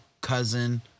cousin